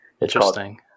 Interesting